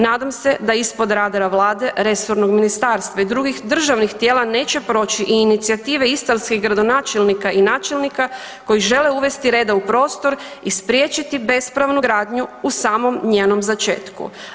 Nadam se da ispod radara Vlade, resornog ministarstva i drugih državnih tijela neće proći i inicijative istarskih gradonačelnika i načelnika koji žele uvesti reda u prostor i spriječiti bespravnu gradnju u samom njenom začetku.